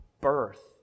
birth